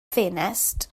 ffenestr